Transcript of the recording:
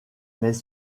mais